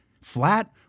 flat